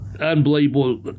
unbelievable